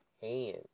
hands